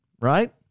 Right